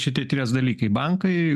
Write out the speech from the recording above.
šitie trys dalykai bankai